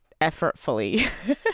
effortfully